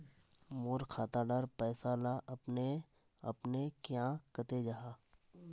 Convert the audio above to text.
मोर खाता डार पैसा ला अपने अपने क्याँ कते जहा?